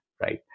right